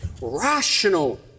Rational